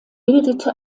bildete